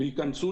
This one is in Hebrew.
שיכולים